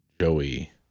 joey